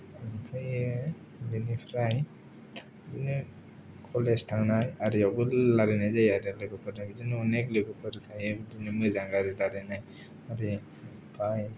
आमफ्राय बिनिफ्राय बिदिनो कलेज थांनाय आरियावबो रायलायनाय जायो आरो लोगोफोरजों बिदिनो अनेक लोगोफोर थायो बिदिनो मोजां गाज्रि रायलायनाय